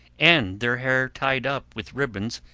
and their hair tied up with ribbons,